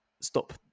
stop